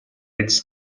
its